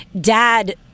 dad